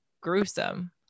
gruesome